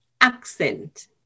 accent